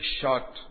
shot